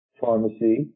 pharmacy